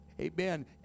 Amen